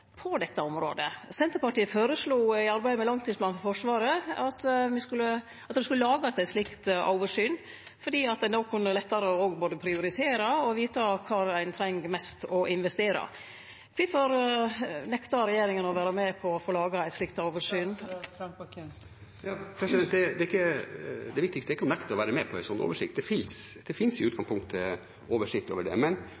at det skulle lagast ei slik oversikt, for då kunne ein lettare både prioritere og vita kvar ein treng mest å investere. Kvifor nektar regjeringa å vere med på å få laga eit slikt oversyn? Det viktigste er ikke å nekte å være med på en slik oversikt. Det finnes i utgangspunktet oversikt over det,